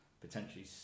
potentially